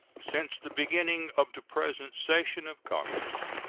since the beginning of the present session of congress,